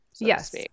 yes